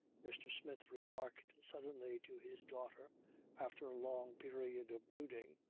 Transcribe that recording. mr. smith remarked suddenly to his daughter after a long period of brooding